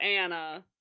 Anna